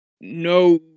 no